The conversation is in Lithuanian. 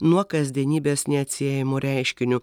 nuo kasdienybės neatsiejamu reiškiniu